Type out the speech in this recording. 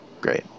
Great